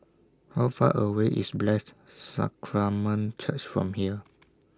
How Far away IS Blessed Sacrament Church from here